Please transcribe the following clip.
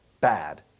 bad